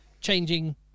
changing